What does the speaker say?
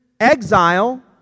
exile